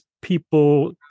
people